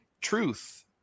truth